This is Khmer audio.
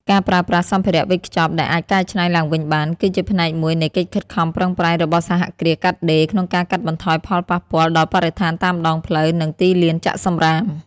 ការប្រើប្រាស់សម្ភារៈវេចខ្ចប់ដែលអាចកែច្នៃឡើងវិញបាន គឺជាផ្នែកមួយនៃកិច្ចខិតខំប្រឹងប្រែងរបស់សហគ្រាសកាត់ដេរ ក្នុងការកាត់បន្ថយផលប៉ះពាល់ដល់បរិស្ថានតាមដងផ្លូវ និងទីលានចាក់សំរាម។